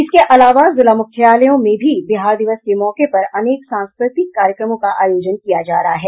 इसके अलावा जिला मुख्यालयों में भी बिहार दिवस के मौके पर अनेक सांस्कृतिक कार्यक्रमों का आयोजन किया जा रहा है